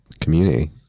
community